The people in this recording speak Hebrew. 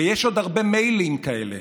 ויש עוד הרבה "מילא" כאלה,